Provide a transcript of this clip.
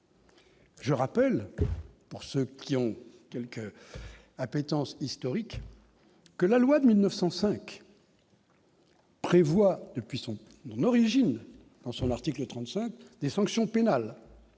Je rappelle pour ceux qui ont quelques appétence historique que la loi de 1905. Prévoit depuis son origine, dans son article 35 des sanctions pénales